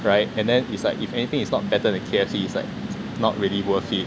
right and then is like if anything is not better than K_F_C it's like not really worth it